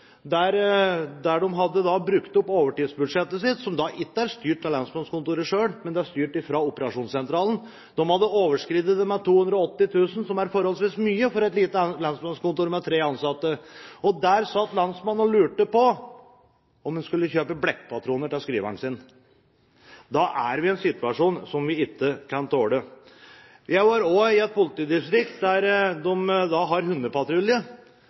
der de hadde brukt opp overtidsbudsjettet sitt, som ikke er styrt av lensmannskontoret selv, men som er styrt fra operasjonssentralen. De hadde overskredet det med 280 000 kr, som er forholdsvis mye for et lite lensmannskontor med tre ansatte. Der satt lensmannen og lurte på om han skulle kjøpe blekkpatroner til skriveren sin. Da er vi i en situasjon som vi ikke kan tåle. Jeg var også i et politidistrikt der de har hundepatrulje.